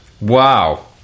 Wow